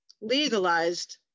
legalized